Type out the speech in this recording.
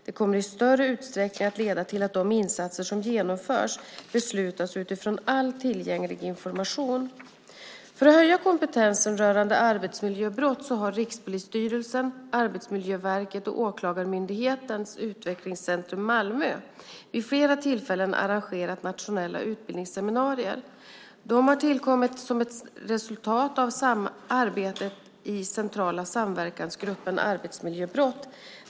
Det kommer i större utsträckning att leda till att de insatser som genomförs beslutas utifrån all tillgänglig information. För att höja kompetensen rörande arbetsmiljöbrott har Rikspolisstyrelsen, Arbetsmiljöverket och Åklagarmyndigheten utvecklingscentrum Malmö vid flera tillfällen arrangerat nationella utbildningsseminarier. Dessa har tillkommit som ett resultat av arbetet i Centrala Samverkansgruppen Arbetsmiljöbrott.